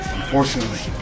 Unfortunately